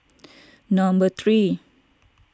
number three